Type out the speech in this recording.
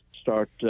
start